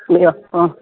അതെയോ ആ